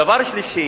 דבר שלישי,